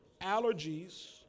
allergies